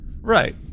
Right